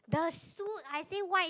the suit I say white